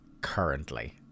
currently